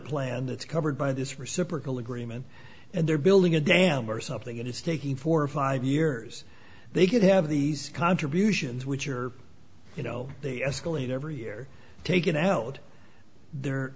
plan that's covered by this reciprocal agreement and they're building a dam or something it is taking four or five years they could have these contributions which are you know they escalate every year take it out the